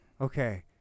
Okay